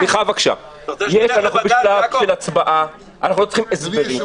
של הצבעה, אנחנו לא צריכים הסברים.